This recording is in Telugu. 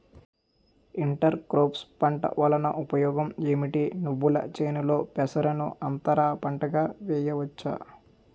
ఇంటర్ క్రోఫ్స్ పంట వలన ఉపయోగం ఏమిటి? నువ్వుల చేనులో పెసరను అంతర పంటగా వేయవచ్చా?